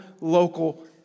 local